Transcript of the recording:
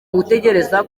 gutegereza